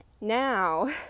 now